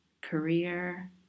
Career